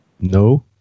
No